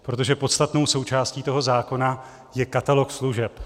Protože podstatnou součástí toho zákona je katalog služeb.